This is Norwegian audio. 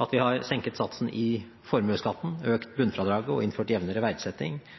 At vi har senket satsen i formuesskatten, økt bunnfradraget og innført jevnere verdsetting,